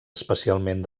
especialment